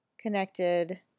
Connected